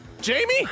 Jamie